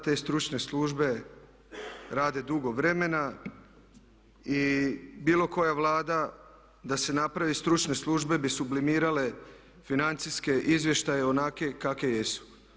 Te stručne službe rade dugo vremena i bilo koja Vlada da se napravi stručne službe bi sublimirale financijske izvještaje onakve kakve jesu.